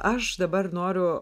aš dabar noriu